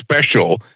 special